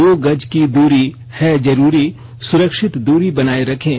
दो गज की दूरी है जरूरी सुरक्षित दूरी बनाए रखें